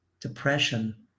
Depression